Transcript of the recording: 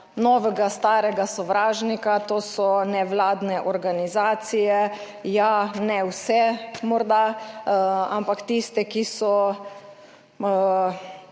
novega starega sovražnika, to so nevladne organizacije. Ja, ne vse, morda, ampak tiste, ki so